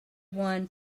won